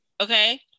okay